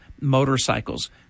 motorcycles